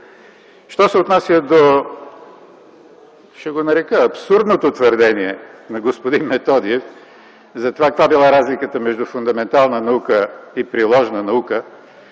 Що се отнася до, ще го нарека, абсурдното твърдение на господин Методиев за това каква била разликата между фундаментална наука и приложна наука,